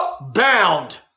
Bound